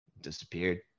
disappeared